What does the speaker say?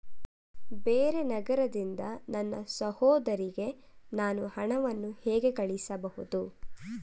ಬೇರೆ ನಗರದಿಂದ ನನ್ನ ಸಹೋದರಿಗೆ ನಾನು ಹಣವನ್ನು ಹೇಗೆ ಕಳುಹಿಸಬಹುದು?